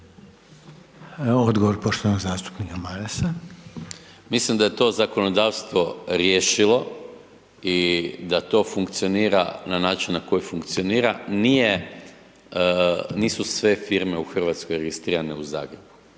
Odgovor poštovanog zastupnika Marasa. **Maras, Gordan (SDP)** Mislim da je to zakonodavstvo riješilo i da to funkcionira na način na koji funkcionira, nisu sve firme u Hrvatskoj registrirane u Zagrebu